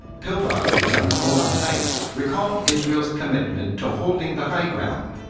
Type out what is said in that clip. pill boxes on the golan heights recall israel's commitment to holding the high ground.